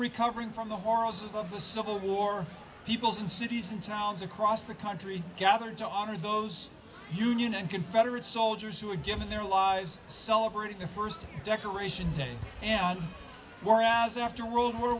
recovering from the horrors of the civil war peoples and cities and towns across the country gathered to honor those union and confederate soldiers who were given their lives celebrating the first decoration day and were asked after world war